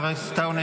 חבר הכנסת טייב,